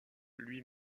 lui